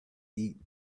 eat